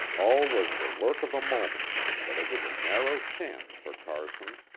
all was the work of a moment, but it was a narrow chance for carson.